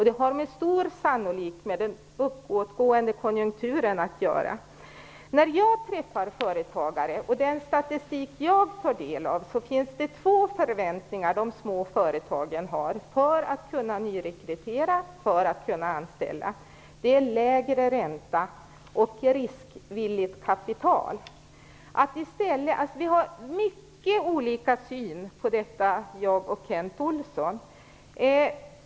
Det har med stor sannolikhet med den uppåtgående konjunkturen att göra. Också jag träffar företagare och tar del av statistik. Det finns två förväntningar som småföretagarna har för att de skall kunna nyrekrytera. Det handlar om lägre ränta och riskvilligt kapital. Vi har mycket olika syn på detta, jag och Kent Olsson.